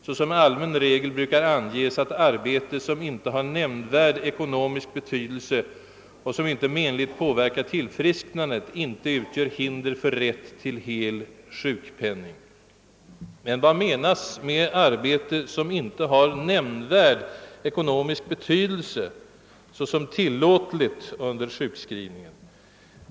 Såsom allmän regel brukar angivas att arbete, som inte har nämnvärd ekonomisk betydelse och som inte menligt påverkar tillfrisknandet, inte utgör hinder för rätt till hel sjukpenning.» Men vad menas med arbete som inte har nämnvärd ekonomisk betydelse såsom tillåtligt under sjukskrivningen?